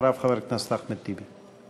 אחריו, חבר הכנסת אחמד טיבי.